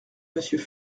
monsieur